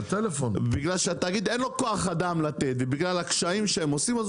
בגלל שלתאגיד אין כוח אדם לתת ובגלל הקשיים שהם עושים אז